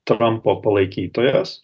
trampo palaikytojas